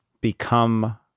become